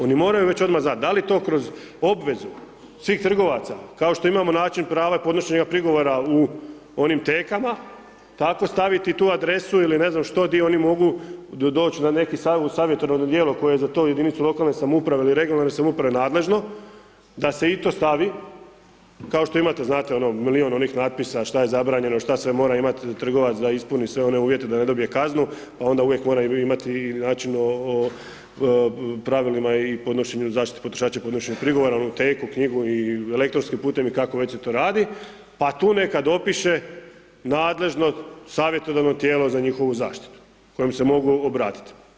Oni moraju već odmah znati, da li to kroz obvezu svih trgovaca kao što imam način prava i podnošenja prigovorima u onim tekama, tako staviti i tu adresu ili ne znam što gdje oni mogu doći na neko savjetodavno tijelo koje je za tu jedinicu lokalne samouprave ili regionalne samouprave nadležno, da se i to stavi, kao što imate znate ono, milijun onih natpisa, što je zabranjeno, što sve mora imati trgovac da ispuni sve one uvjete da ne dobije kaznu pa onda uvijek mora imati i način o pravilima i podnošenju zaštite potrošača i podnošenja prigovora, onu teku, knjigu i lektorskim putem i kako već se to radi, pa tu neka dopiše nadležnost savjetodavno tijelo za njihovu zaštitu kojem se mogu obratiti.